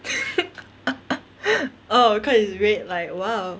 oh cause is red like !wow!